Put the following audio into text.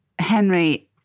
Henry